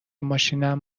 ماشینم